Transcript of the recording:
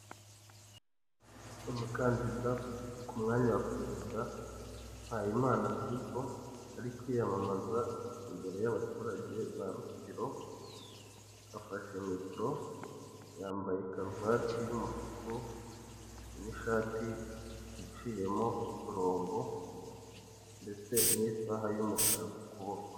Umukandida ku mwanya wa perezida Mpayimana flipo ari kwiyamamza imbere y'abaturage ba Rutsiro, afashe mikoro yambaye karuvate y'umutuku n'ishati iciyemo uturongo ndetse n'isaha y'umukara ku kuboko.